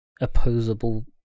opposable